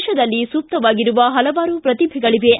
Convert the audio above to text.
ದೇಶದಲ್ಲಿ ಸುಪ್ತವಾಗಿರುವ ಹಲವಾರು ಪ್ರತಿಭೆಗಳಿವೆ